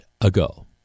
ago